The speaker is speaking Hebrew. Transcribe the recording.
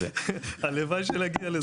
הלוואי שנגיע לזה.